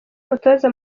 umutoza